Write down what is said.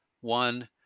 one